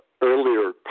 earlier